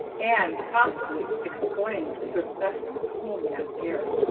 anne promptly exclaimed, with her best schoolma'am air,